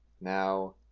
now